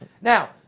Now